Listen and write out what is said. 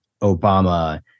Obama